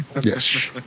Yes